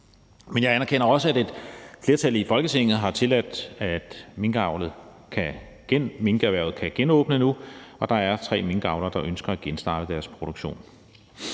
Men jeg anerkender også, at et flertal i Folketinget har tilladt, at minkerhvervet nu kan genåbne, og der er tre minkavlere, der ønsker at genstarte deres produktion.